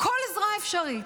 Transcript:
וכל עזרה אפשרית.